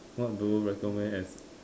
what do you recommend as